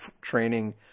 training